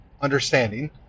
understanding